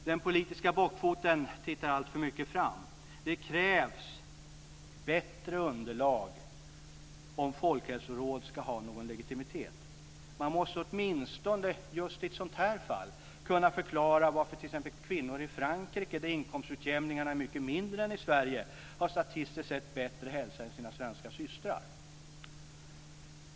Den politiska bockfoten tittar alltför tydligt fram. Det krävs bättre underlag för att folkhälsoråd ska ha någon legitimitet. Man måste åtminstone just i ett sådant här fall kunna förklara varför t.ex. kvinnor i Frankrike, där inkomstutjämningen är mycket mindre än i Sverige, har statistiskt sett bättre hälsa än sina svenska systrar.